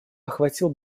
охватил